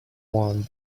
one